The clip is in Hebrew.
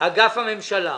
אגף הממשלה,